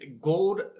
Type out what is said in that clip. gold